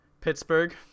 Pittsburgh